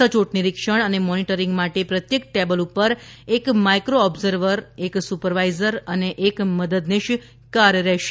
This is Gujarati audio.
સયોટ નિરિક્ષણ અને મોનિટરિંગ માટે પ્રત્યેક ટેબલ ઉપર એક માઇક્રી ઓબ્ઝર્વર્ એક સુપરવાઇઝર અને એક મદદનીશ કાર્ય કરશે